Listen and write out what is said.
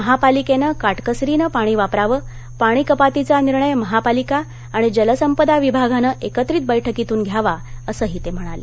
महापालिकेनं काटकसरीने पाणी वापरावं पाणी कपातीचा निर्णय महापालिका आणि जल संपदा विभागानं एकत्रित बैठकीतून घ्यावा असंही ते म्हणाले